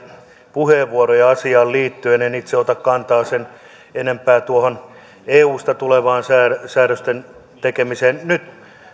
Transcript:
puheenvuoroja asiaan liittyen en itse ota kantaa sen enempää tuohon eusta tulevaan säädösten tekemiseen nyt